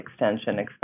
extension